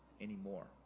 anymore